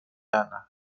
ana